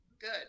Good